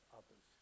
others